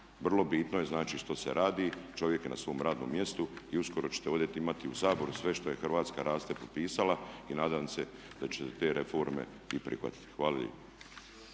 Vrlo bitno je znači što se radi, čovjek je na svom radnom mjestu i uskoro ćete ovdje imati u Saboru sve što je "Hrvatska raste" potpisala i nadam se da ćete te reforme i prihvatiti. Hvala lijepa.